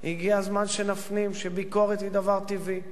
הגיע הזמן שנפנים שביקורת היא דבר טבעי,